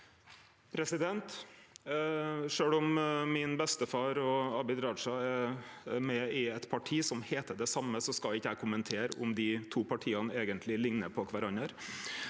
Sjølv om min bestefar og Abid Raja er med i eit parti som heiter det same, skal ikkje eg kommentere om dei to partia eigentleg liknar på kvarandre.